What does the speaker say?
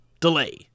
Delay